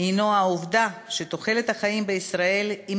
הנו העובדה שתוחלת החיים בישראל היא